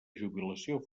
jubilació